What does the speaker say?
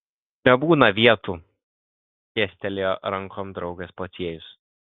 nebūna vietų skėstelėjo rankom draugas pociejus